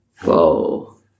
Whoa